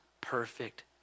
perfect